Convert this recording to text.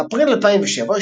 באפריל 2007,